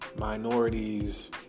Minorities